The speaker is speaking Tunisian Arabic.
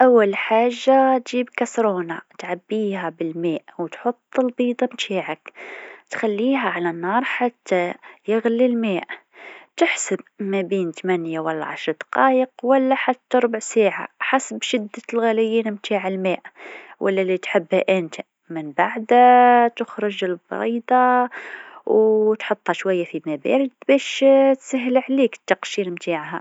أكيد! باش تسلق بيضة، أول حاجة تحط البيضة في إناء و تغمرها بالماء البارد. بعد، تشعل الغاز وتخلي الماء يغلي. كي يبدأ يغلي، تخفض النار وتخلي البيضة تغلي لمدة عشره الى اتناش دقيقة حسب الحجم. بعد ما تكمل، تخرجها وتحطها في ماء بارد باش تبرد وتقدر تقشرها بسهولة!